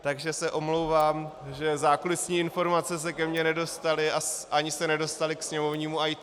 Takže se omlouvám, že zákulisní informace se ke mně nedostaly a ani se nedostaly k sněmovnímu IT.